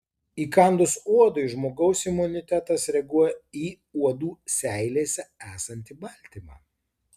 įkandus uodui žmogaus imunitetas reaguoja į uodų seilėse esantį baltymą